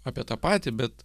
apie tą patį bet